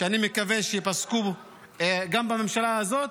שאני מקווה שייפסקו גם בממשלה הזאת,